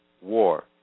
war